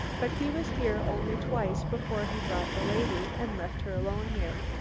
but he was here only twice before he brought the lady and left her alone here.